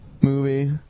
movie